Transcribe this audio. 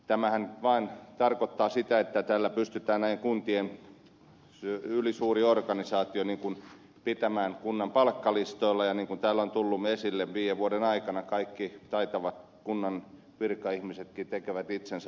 tämähän tarkoittaa vain sitä että tällä pystytään näiden kuntien ylisuuri organisaatio pitämään kunnan palkkalistoilla ja niin kuin täällä on tullut esille viiden vuoden aikana kaikki taitavat kunnan virkaihmiset tekevät itsensä tarpeellisiksi